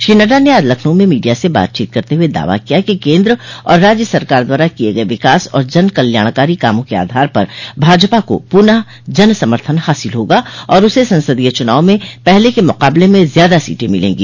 श्री नड्डा ने आज लखनऊ में मीडिया से बातचीत करते हुए दावा किया कि केन्द्र और राज्य सरकार द्वारा किये गये विकास और जनकल्याणकारी कामों के आधार पर भाजपा को पुनः जनसमर्थन हासिल होगा और उसे संसदीय चुनाव में पहले के मुकाबले में ज्यादा सीटें मिलेंगी